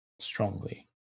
strongly